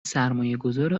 سرمایهگذار